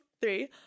three